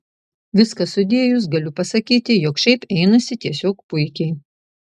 viską sudėjus galiu pasakyti jog šiaip einasi tiesiog puikiai